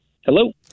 Hello